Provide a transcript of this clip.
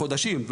חודשים,